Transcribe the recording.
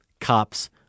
cops